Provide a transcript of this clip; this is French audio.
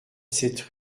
sept